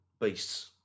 beasts